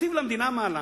מכתיב למדינה מהלך,